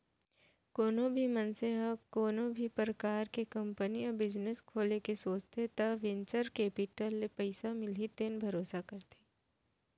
कोनो भी मनसे ह कोनो भी परकार के कंपनी या बिजनेस खोले के सोचथे त वेंचर केपिटल ले पइसा मिलही तेन भरोसा करथे